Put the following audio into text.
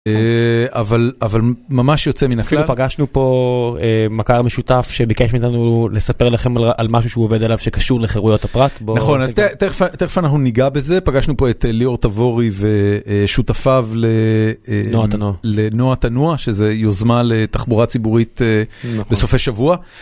אבל אבל ממש יוצא מן הכלל. פגשנו פה מכר משותף שביקש ממנו לספר לכם על משהו שהוא עובד עליו שקשור לחירויות הפרט. נכון, אז תכף אנחנו ניגע בזה, פגשנו פה את ליאור טבורי ושותפיו לנוע תנוע לנוע תנוע, שזה יוזמה לתחבורה ציבורית בסופי שבוע.